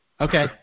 Okay